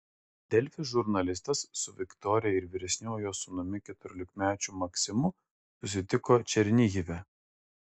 delfi žurnalistas su viktorija ir vyresniuoju jos sūnumi keturiolikmečiu maksimu susitiko černihive